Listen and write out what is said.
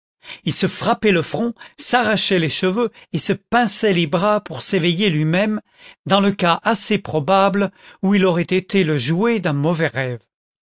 il se frappait le front s'arrachait les cheveux et se pinçait les bras pour s'éveiller luimême dans le cas assez probable où il aurait été le jouet d'un mauvais rêve